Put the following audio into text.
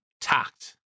tact